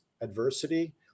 adversity